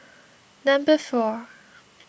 number four